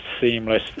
seamless